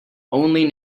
only